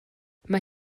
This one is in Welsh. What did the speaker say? mae